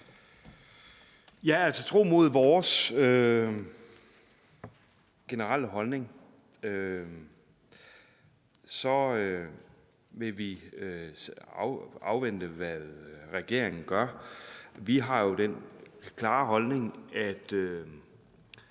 Tro mod vores generelle holdning vil vi afvente, hvad regeringen gør. Vi har jo den klare holdning, at